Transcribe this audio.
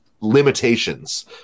limitations